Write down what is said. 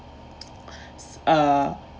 uh